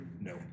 No